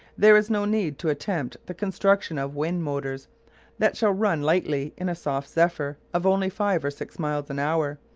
there is no need to attempt the construction of wind-motors that shall run lightly in a soft zephyr of only five or six miles an hour,